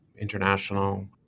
international